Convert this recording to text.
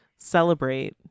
celebrate